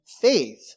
faith